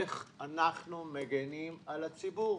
איך אנחנו מגינים על הציבור.